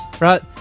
right